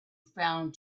found